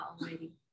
already